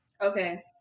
Okay